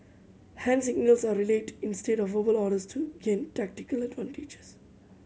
hand signals are relayed instead of verbal orders to gain tactical advantages